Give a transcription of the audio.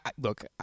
Look